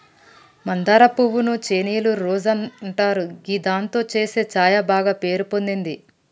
మందారం పువ్వు ను చైనీయుల రోజ్ అంటారు గిదాంతో చేసే ఛాయ బాగ పేరు పొందింది